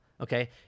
Okay